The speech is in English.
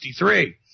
1963